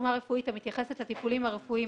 רשומה רפואית המתייחסת לטיפולים הרפואיים